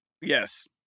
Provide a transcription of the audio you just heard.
Yes